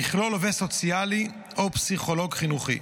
יכלול עובד סוציאלי או פסיכולוג חינוכי,